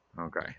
Okay